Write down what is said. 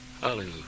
Hallelujah